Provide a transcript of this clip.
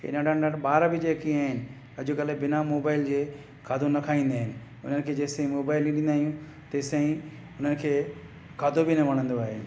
ईअं नंढा नंढा ॿार बि जेके आहिनि अॼुकल्ह बिना मोबाइल जे खाधो न खाईंदा आहिनि उन्हनि खे जेसि ताईं मोबाइल न ॾींदा आहियूं तेसिताईं हुननि खे खाधो बि न वणंदो आहे